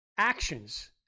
Actions